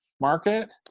market